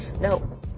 No